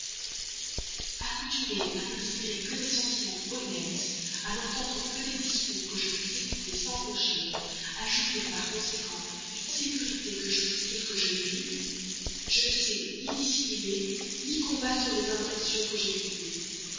accoutumée à n'inspirer que des sentiments honnêtes à n'entendre que des discours que je puis écouter sans rougir à jouir par conséquent d'une sécurité que j'ose dire que je mérite je ne sais ni dissimuler ni combattre les impressions que j'éprouve